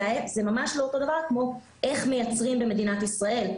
זה ממש לא אותו הדבר כמו איך מייצרים במדינת ישראל,